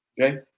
Okay